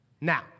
Now